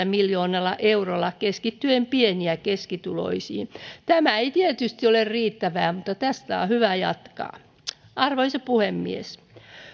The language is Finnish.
miljoonalla eurolla keskittyen pieni ja keskituloisiin tämä ei tietysti ole riittävää mutta tästä on hyvä jatkaa arvoisa puhemies